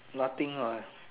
nothing what